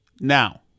Now